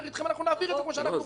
אנחנו נעביר את זה כמו שאנחנו רוצים.